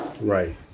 right